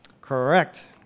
Correct